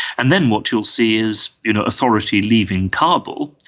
and then what you'll see is you know authority leaving kabul,